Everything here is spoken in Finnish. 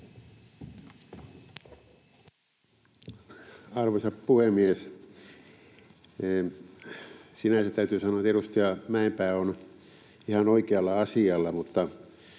Arvoisa puhemies! Sinänsä täytyy sanoa, että edustaja Mäenpää on ihan oikealla asialla, mutta